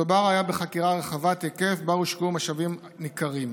מדובר היה בחקירה רחבת היקף שבה הושקעו משאבים ניכרים.